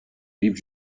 libre